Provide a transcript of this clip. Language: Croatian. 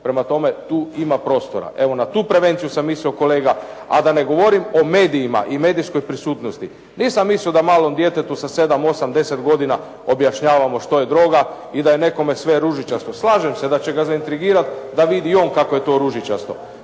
Evo tu ima prostora. Evo na tu prevenciju sam mislio kolega, a da ne govorim o medijima i medijskoj prisutnosti. Nisam mislio da malo djetetu sa 7, 8, 10 godina objašnjavamo što je droga i da je nekome sve ružičasto. Slažem se da će ga zaintrigirati da vidi i on kako je to ružičasto.